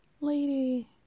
lady